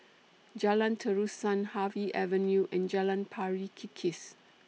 Jalan Terusan Harvey Avenue and Jalan Pari Kikis